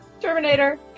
Terminator